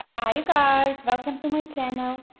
hi guys, welcome to my channel,